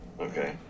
Okay